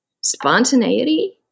spontaneity